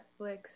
Netflix